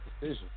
decision